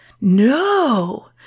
no